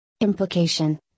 implication